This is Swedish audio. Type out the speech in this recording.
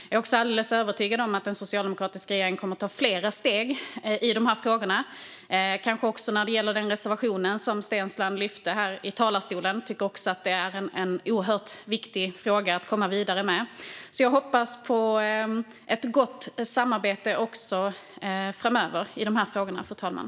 Jag är också alldeles övertygad om att en socialdemokratisk regering kommer att ta flera steg i de här frågorna, kanske också när det gäller den reservation som Steensland lyfte här i talarstolen. Jag tycker också att det är en oerhört viktig fråga att komma vidare med. Jag hoppas på ett gott samarbete också framöver i dessa frågor, fru talman.